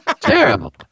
terrible